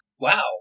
Wow